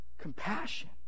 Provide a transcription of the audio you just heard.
compassion